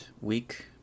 week